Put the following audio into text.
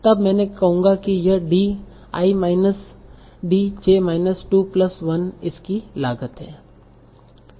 तब मैं कहूंगा कि यह D i minus D j minus 2 plus 1 इसकी लागत है